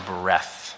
breath